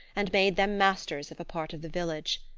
and made them masters of a part of the village.